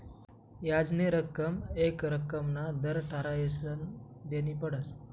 याजनी रक्कम येक रक्कमना दर ठरायीसन देनी पडस